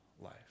life